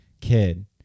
kid